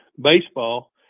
baseball